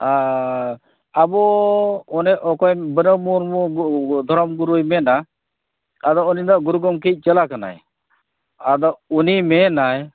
ᱟᱨ ᱟᱵᱚ ᱚᱱᱮ ᱚᱠᱚᱭ ᱵᱟᱱᱟᱣ ᱢᱩᱨᱢᱩ ᱫᱷᱚᱨᱚᱢ ᱜᱩᱨᱩᱭ ᱢᱮᱱᱟ ᱟᱫᱚ ᱩᱱᱤᱫᱚ ᱜᱩᱨᱩ ᱜᱚᱝᱠᱮᱭᱤᱡ ᱪᱮᱞᱟ ᱠᱟᱱᱟᱭ ᱟᱫᱚ ᱩᱱᱤᱭ ᱢᱮᱱᱟᱭ